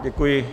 Děkuji.